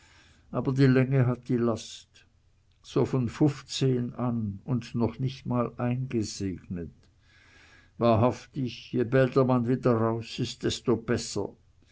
aber die länge hat die last so von fuffzehn an und noch nich mal eingesegnet wahrhaftig je bälder man wieder raus ist desto besser